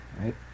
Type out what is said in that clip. right